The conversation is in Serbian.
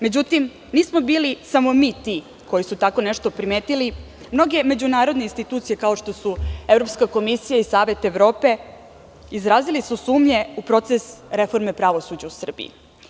Međutim, nismo bili samo mi ti koji su tako nešto primetili, mnoge međunarodne institucije, kao što su Evropska komisija i Savet Evrope, izrazili su sumnje u proces reforme pravosuđa u Srbiji.